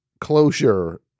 closure